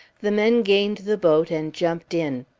the men gained the boat, and jumped in.